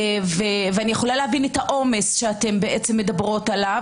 ואני יכולה להבין את העומס שאתן מדברות עליו.